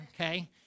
okay